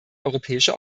europäische